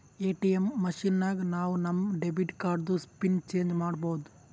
ATM machine ನಾಗ್ ನಾವ್ ನಮ್ ಡೆಬಿಟ್ ಕಾರ್ಡ್ದು ಪಿನ್ ಚೇಂಜ್ ಮಾಡ್ಬೋದು